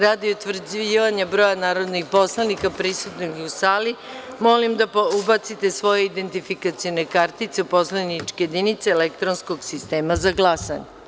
Radi utvrđivanja broja narodnih poslanika prisutnih u sali, molim narodne poslanika da ubace svoje identifikacione kartice u poslaničke jedinice elektronskog sistema za glasanje.